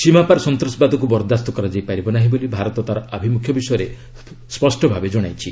ସୀମାପାର ସନ୍ତାସବାଦକୁ ବରଦାସ୍ତ କରାଯାଇ ପାରିବ ନାହିଁ ବୋଲି ଭାରତ ତାର ଆଭିମୁଖ୍ୟ ବିଷୟରେ ସ୍ୱଷ୍ଟ ଭାବେ ଜଣାଇଛି